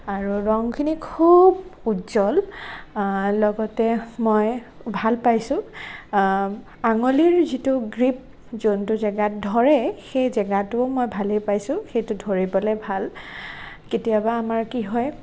আৰু ৰঙখিনি খুব উজ্জ্বল লগতে মই ভাল পাইছোঁ আঙুলিৰ যিটো গ্ৰীপ যোনটো জেগাত ধৰে সেই জেগাটোও মই ভালে পাইছোঁ সেইটো ধৰিবলৈ ভাল কেতিয়াবা আমাৰ কি হয়